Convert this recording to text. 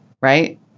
right